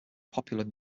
popular